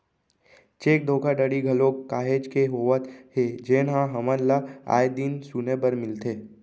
cheque धोखाघड़ी घलोक काहेच के होवत हे जेनहा हमन ल आय दिन सुने बर मिलथे